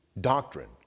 doctrine